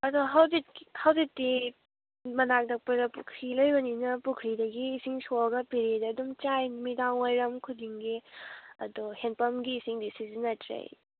ꯑꯗꯣ ꯍꯧꯖꯤꯛꯇꯤ ꯍꯧꯖꯤꯛꯇꯤ ꯃꯅꯥꯛ ꯅꯛꯄꯗ ꯄꯨꯈ꯭ꯔꯤ ꯂꯩꯕꯅꯤꯅ ꯄꯨꯈ꯭ꯔꯤꯗꯒꯤ ꯏꯁꯤꯡ ꯁꯣꯛꯑꯒ ꯄꯦꯔꯦꯗ ꯑꯗꯨꯝ ꯆꯥꯏ ꯅꯨꯃꯤꯗꯥꯡ ꯋꯥꯏꯔꯥꯝ ꯈꯨꯗꯤꯡꯒꯤ ꯑꯗꯣ ꯍꯦꯟꯄꯝꯒꯤ ꯏꯁꯤꯡꯗꯤ ꯁꯤꯖꯤꯅꯗ꯭ꯔꯦ